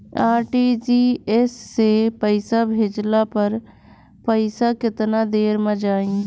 RTGS से पईसा भेजला पर पईसा केतना देर म जाई?